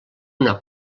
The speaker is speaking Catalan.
una